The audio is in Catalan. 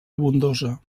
abundosa